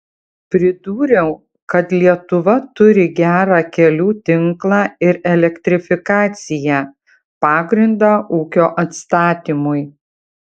pridūriau kad lietuva turi gerą kelių tinklą ir elektrifikaciją pagrindą ūkio atstatymui